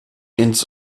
ins